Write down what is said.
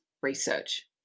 research